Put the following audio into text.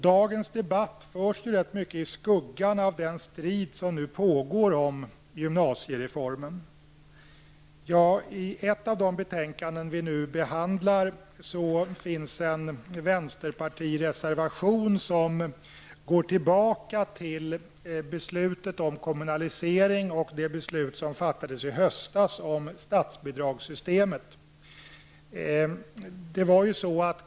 Dagens debatt förs nu mycket i skuggan av den strid som pågår om gymnasiereformen. I ett av de betänkanden vi behandlar finns en vänsterpartireservation som går tillbaka till beslutet om kommunalisering och de beslut som fattades i höstas om statsbidragssystemet.